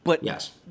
Yes